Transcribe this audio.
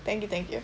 thank you thank you